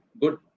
good